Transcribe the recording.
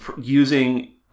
using